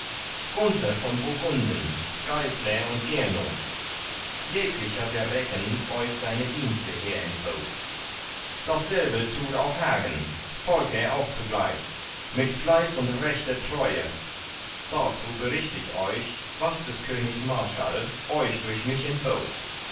gunther von burgunden geisler und gernot jeglicher der recken euch seine dienste her entbot dasselbe tut auch hagen volker auch zugleich mit fleiß und rechter treue dazu bericht ich euch was des königs marschall euch durch mich entbot